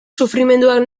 sufrimenduak